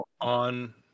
on